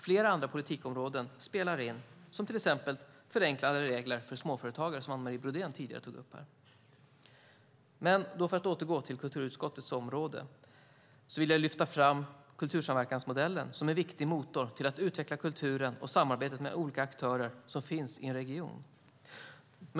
Flera andra politikområden spelar in, till exempel förenklade regler för småföretagare som Anne Marie Brodén tidigare tog upp. För att återgå till kulturutskottets område vill jag lyfta fram kultursamverkansmodellen som en viktig motor för att utveckla kulturen och samarbetet mellan olika aktörer som finns i en region.